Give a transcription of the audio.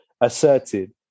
asserted